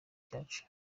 cyacu